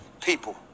people